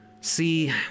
See